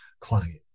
client